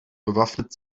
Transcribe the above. bewaffnet